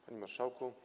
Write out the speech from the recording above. Panie Marszałku!